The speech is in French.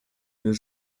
nos